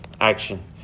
action